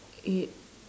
it